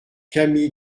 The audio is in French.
cami